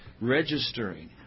registering